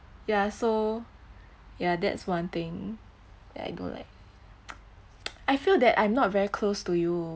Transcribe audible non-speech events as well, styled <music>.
ya so ya that's one thing that I don't like <noise> I feel that I'm not very close to you